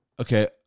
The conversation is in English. okay